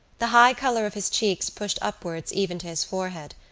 the high colour of his cheeks pushed upwards even to his forehead,